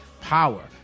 power